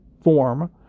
form